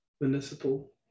municipal